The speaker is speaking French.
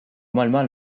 mollement